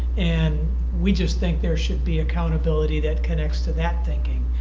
and we just think there should be accountability that connects to that thinking.